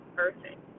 perfect